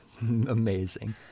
Amazing